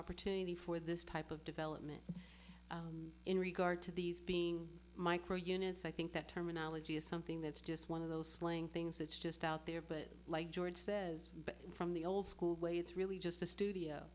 opportunity for this type of development in regard to these being micro units i think that terminology is something that's just one of those slang things that's just out there but like george says from the old school way it's really just a studio